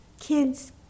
kids